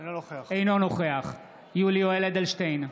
אינו נוכח יולי יואל אדלשטיין,